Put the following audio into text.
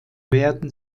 werden